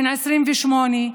בן 28,